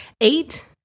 Eight